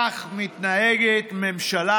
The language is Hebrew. כך מתנהגת ממשלה